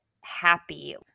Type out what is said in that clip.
happy